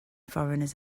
foreigners